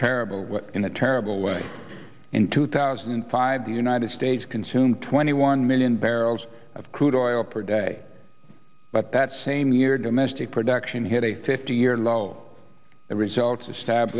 terrible what in a terrible way in two thousand and five the united states consumed twenty one million barrels of crude oil per day but that same year domestic production hit a fifty year low results estab